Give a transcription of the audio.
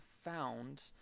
found